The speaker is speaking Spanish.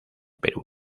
perú